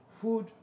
food